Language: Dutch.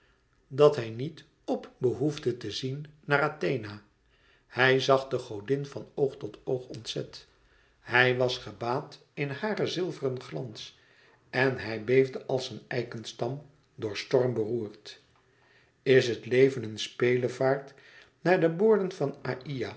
dat hij niet p behoefde te zien naar athena hij zag de godin van oog tot oog ontzet hij was gebaad in haren zilveren glans en hij beefde als een eikenstam door storm beroerd is het leven een spelevaart naar de boorden van